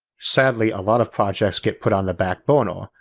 sadly a lot of projects get put on the backburner,